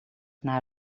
maar